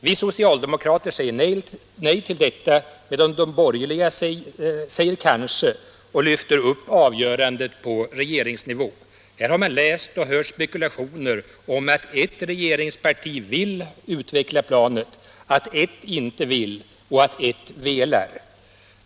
Vi socialdemokrater säger nej till detta medan de borgerliga säger kanske och lyfter upp avgörandet på regeringsnivå. Här har man läst och hört spekulationer om att ett regeringsparti vill utveckla planet, att ett inte vill och att ett velar.